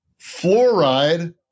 fluoride